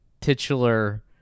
titular